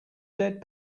dead